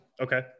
Okay